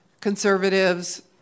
conservatives